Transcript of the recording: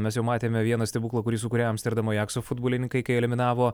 mes jau matėme vieną stebuklą kurį sukūrė amsterdamo ajakso futbolininkai kai eliminavo